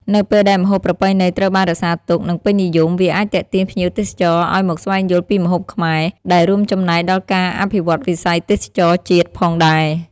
នៅពេលដែលម្ហូបប្រពៃណីត្រូវបានរក្សាទុក និងពេញនិយម វាអាចទាក់ទាញភ្ញៀវទេសចរឱ្យមកស្វែងយល់ពីម្ហូបខ្មែរ ដែលរួមចំណែកដល់ការអភិវឌ្ឍវិស័យទេសចរណ៍ជាតិផងដែរ។